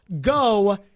go